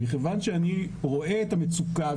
מכיוון שאני רואה את המצוקה,